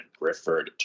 Grifford